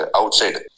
outside